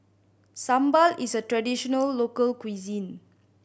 sambal is a traditional local cuisine